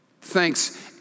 Thanks